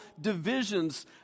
divisions